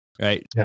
right